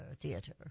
theater